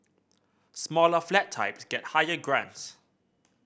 smaller flat types get higher grants